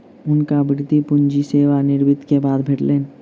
हुनका वृति पूंजी सेवा निवृति के बाद भेटलैन